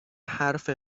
حرف